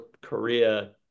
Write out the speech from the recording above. Korea